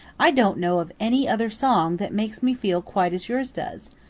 i don't know of any other song that makes me feel quite as yours does,